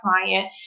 client